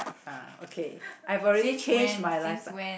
uh okay I've already changed my lifestyle